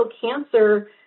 cancer